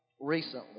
recently